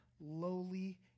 lowly